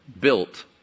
built